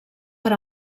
per